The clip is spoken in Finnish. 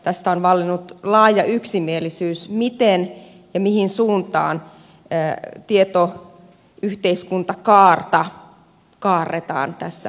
tästä on vallinnut laaja yksimielisyys miten ja mihin suuntaan tietoyhteiskuntakaarta kaarretaan tässä suomessa